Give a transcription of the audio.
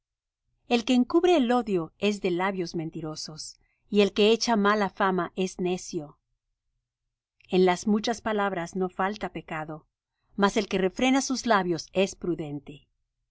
el que encubre el odio es de labios mentirosos y el que echa mala fama es necio en las muchas palabras no falta pecado mas el que refrena sus labios es prudente